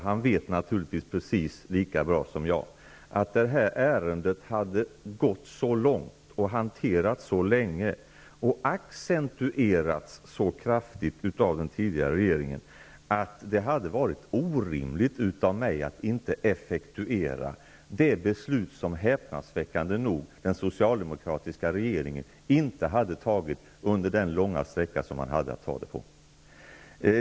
Han vet naturligtvis, precis lika bra som jag, att det här ärendet hade gått så långt, hanterats så länge och accentuerats så kraftigt av den tidigare regeringen att det hade varit orimligt om jag inte hade effektuerat det beslut som, häpnadsväckande nog, den socialdemokratiska regeringen inte hade tagit under den långa tid som man hade att ta det på.